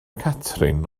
catrin